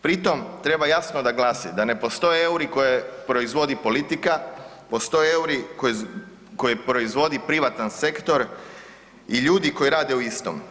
Pri tom treba jasno naglasit da ne postoje euri koje proizvodi politika, postoje euri koje proizvodi privatni sektor i ljudi koji rade u istom.